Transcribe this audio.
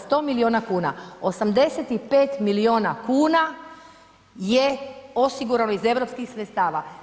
100 milijuna kuna, 85 milijuna kuna je osigurano iz europskih sredstava.